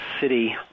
City